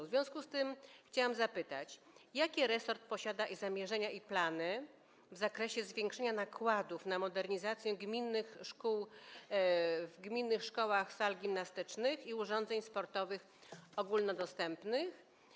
W związku z tym chciałam zapytać: Jakie resort ma zamierzenia i plany w zakresie zwiększenia nakładów na modernizację w gminnych szkołach sal gimnastycznych i urządzeń sportowych ogólnodostępnych?